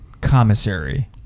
commissary